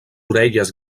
orelles